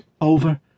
over